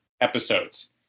episodes